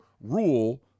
rule